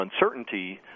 uncertainty